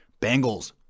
Bengals